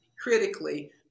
critically